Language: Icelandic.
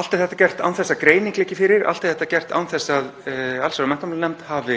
Allt er þetta gert án þess að greining liggi fyrir. Allt er þetta gert án þess að allsherjar- og menntamálanefnd hafi